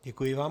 Děkuji vám.